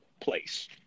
place